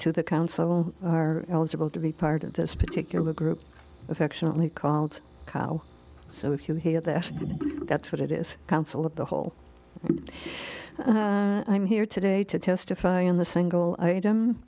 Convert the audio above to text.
to the council are eligible to be part of this particular group affectionately called so if you hear that that's what it is counsel of the whole i'm here today to testify in the single